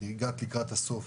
הגעת לקראת הסוף,